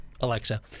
Alexa